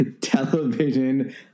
television